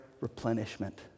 replenishment